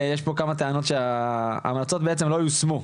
יש פה כמה טענות שההמלצות בעצם לא יושמו.